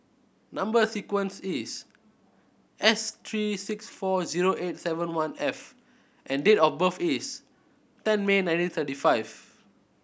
number sequence is S three six four zero eight seven one F and date of birth is ten May nineteen thirty five